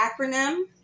acronym